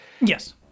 Yes